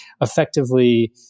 effectively